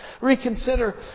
Reconsider